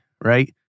Right